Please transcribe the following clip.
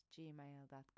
gmail.com